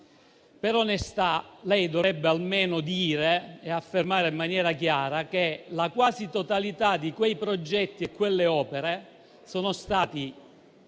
Per onestà, dovrebbe almeno affermare in maniera chiara che la quasi totalità di quei progetti e di quelle opere è stata